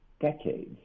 decades